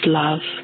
love